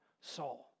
Saul